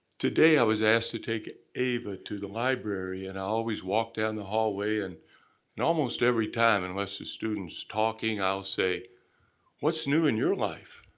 today i was asked to take ava to the library and i always walk down the hallway and and almost every time unless a student's talking, i'll say what's new in your life?